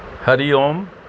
Hari Om